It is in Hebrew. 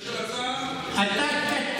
זה שרצה,